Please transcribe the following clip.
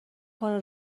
کنه